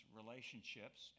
relationships